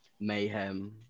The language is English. Mayhem